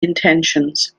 intentions